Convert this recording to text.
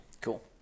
Cool